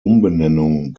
umbenennung